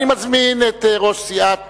אני מזמין את ראש סיעת